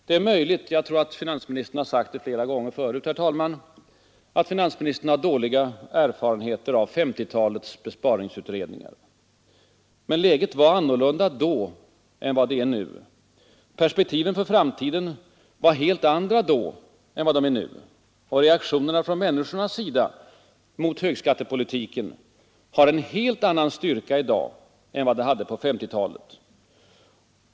Det är möjligt — jag tror att finansministern har sagt det flera gånger förut, herr talman — att finansministern har dåliga erfarenheter av 1950-talets besparingsutredningar. Men läget var annorlunda då än vad det är nu, perspektiven för framtiden var helt andra då än vad de är nu, reaktionerna från människornas sida mot högskattepolitiken har en helt annan styrka i dag än vad de hade på 1950-talet.